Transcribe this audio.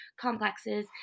complexes